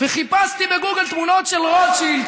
חיפשתי בגוגל תמונות של רוטשילד,